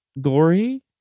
gory